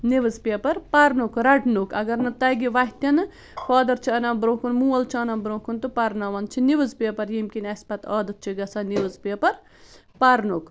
news paper پرنُک رٹنُک اگر نہٕ تَگہِ وَتھِ تہِ نہٕ فادر چھُ اَنان برٛۄنٛہہ کُن مول چھُ اَنان برٛۄنٛہہ کُن تہٕ پَرناوان چھِ نِوٕز پیپر ییٚمہِ کِنۍ اَسہِ پتہٕ عادتھ چھِ گَژھان نِوٕز پیپر پَرنُک